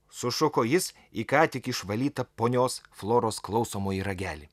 sušuko jis į ką tik išvalytą ponios floros klausomojį ragelį